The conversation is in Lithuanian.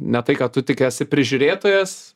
ne tai kad tu tik esi prižiūrėtojas